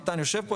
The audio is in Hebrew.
מתן יושב פה,